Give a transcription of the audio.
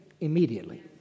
immediately